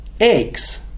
eggs